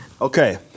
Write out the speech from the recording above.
Okay